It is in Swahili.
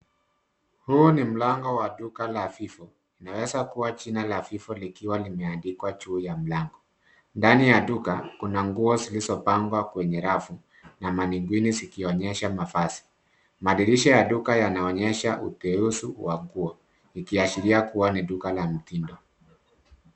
Huu ni mlango wa duka la Vivo. Unaweza kua jina la Vivo likiwa limeandikwa juu ya mlango. Ndani ya duka kuna nguo zilizopangwa kwenye rafu, na menekwini zikionyesha mavazi. Madirisha ya duka yanaonyesha uteuzi wa nguo, ikiashiria kua ni duka la mtindo.